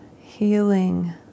healing